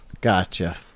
Gotcha